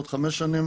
בעוד חמש שנים?